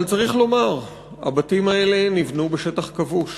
אבל צריך לומר, הבתים האלה נבנו בשטח כבוש